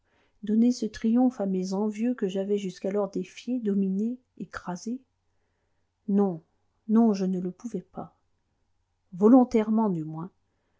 donner ce triomphe à mes envieux que j'avais jusqu'alors défiés dominés écrasés non non je ne le pouvais pas volontairement du moins